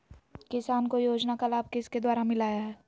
किसान को योजना का लाभ किसके द्वारा मिलाया है?